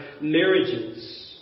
marriages